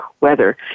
weather